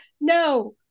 no